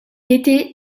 était